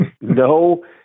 no